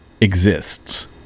exists